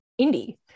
indie